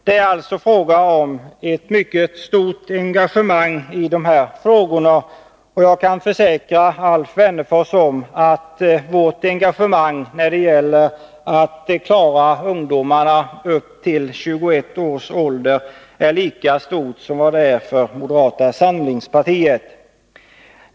Det är alltså fråga om ett mycket stort engagemang i dessa frågor, och jag kan försäkra Alf Wennerfors att vårt engagemang när det gäller att klara sysselsättningen för ungdomar upp till 21 års ålder är lika stort som moderaternas.